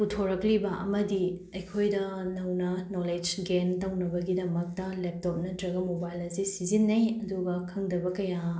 ꯄꯨꯊꯣꯔꯛꯂꯤꯕ ꯑꯃꯗꯤ ꯑꯩꯈꯣꯏꯗ ꯅꯧꯅ ꯅꯣꯂꯦꯖ ꯒꯦꯟ ꯇꯧꯅꯕꯒꯤꯗꯃꯛꯇ ꯂꯦꯞꯇꯣꯞ ꯅꯠꯇ꯭ꯔꯒ ꯃꯣꯕꯥꯏꯜ ꯑꯁꯤ ꯁꯤꯖꯤꯟꯅꯩ ꯑꯗꯨꯒ ꯈꯪꯗꯕ ꯀꯌꯥ